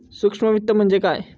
सूक्ष्म वित्त म्हणजे काय?